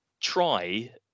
try